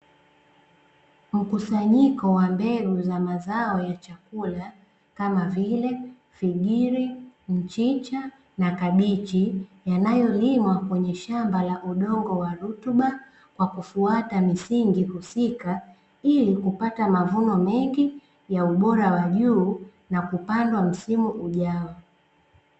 Mkusanyiko wa mbegu za mazao ya chakula kama vile figiri, mchicha na kabichi, yanayolimwa kwenye shamba la udongo wa rutuba, kwa kufuata misingi husika, ili kupata mavuno mengi ya ubora wa juu na kupandwa msimu ujao.